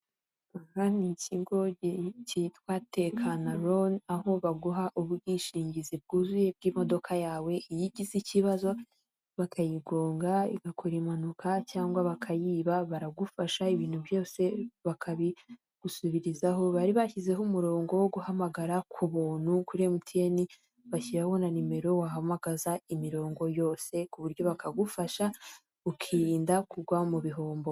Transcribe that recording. Umwami ikigo cyitwa tekana loni aho baguha ubwishingizi bwuzuye bw'imodoka yawe, iyo ugize ikibazo, bakayigonga igakora impanuka cyangwa bakayiba baragufasha ibintu byose bakabigusubirizaho, bari bashyizeho umurongo wo guhamagara ku buntu kuri emutiyeni, bashyiraho na nimero wahamagaza imirongo yose ku buryo bakagufasha ukirinda kugwa mu bihombo.